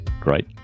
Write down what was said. Great